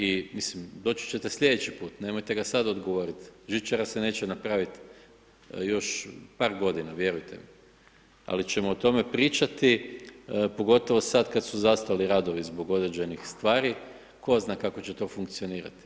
I mislim, doći ćete sljedeći put, nemojte ga sada odgovoriti, žičara se neće napraviti, još par godina, vjerujte mi, ali ćemo o tome pričati, pogotovo sada kada su zastali radovi zbog određenih stvari, ko zna kako će to funkcionirati.